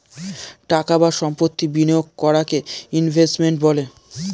টাকা বা সম্পত্তি বিনিয়োগ করাকে ইনভেস্টমেন্ট বলে